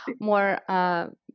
more